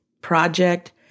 project